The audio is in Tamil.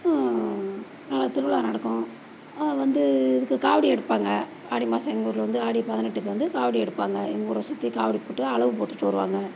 நல்லா திருவிழா நடக்கும் அது வந்து இதுக்கு காவடி எடுப்பாங்க ஆடி மாதம் எங்கள் ஊரில் வந்து ஆடி பதினெட்டுக்கு வந்து காவடி எடுப்பாங்க எங்கள் ஊரை சுற்றி காவடி போட்டு அலகு போட்டுட்டு வருவாங்க